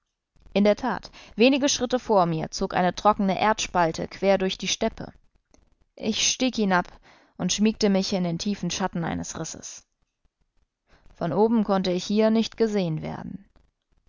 in der tat wenige schritte vor mir zog eine trockene erdspalte quer durch die steppe ich stieg hinab und schmiegte mich in den tiefen schatten eines risses von oben konnte ich hier nicht gesehen werden